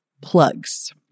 plugs